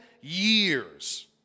years